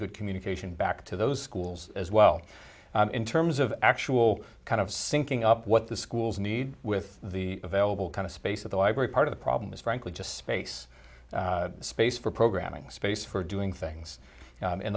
good communication back to those schools as well in terms of actual kind of sinking up what the schools need with the available kind of space at the library part of the problem is frankly just space space for programming space for doing things